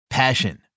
Passion